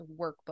workbook